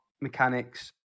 mechanics